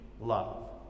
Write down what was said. love